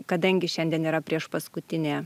kadangi šiandien yra priešpaskutinė